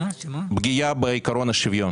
בפגיעה בעיקרון השוויון,